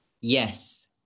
yes